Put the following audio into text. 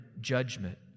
judgment